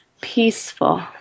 peaceful